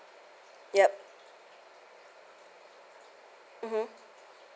yup mmhmm